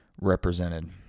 represented